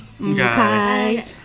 Okay